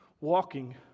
walking